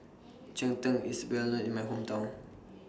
Cheng Tng IS Well known in My Hometown